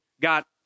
got